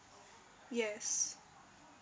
yes